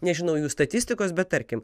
nežinau jų statistikos bet tarkim